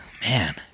Man